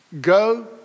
Go